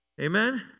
Amen